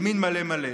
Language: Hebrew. ימין מלא מלא.